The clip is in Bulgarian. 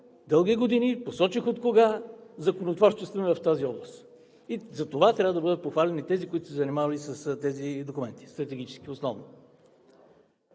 дълги години, посочих от кога, законотворчестваме в тази област. Затова трябва да бъдат похвалени тези, които се занимават с тези документи, основно